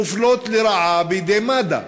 מופלות לרעה על-ידי מד"א,